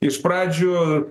iš pradžių